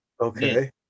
Okay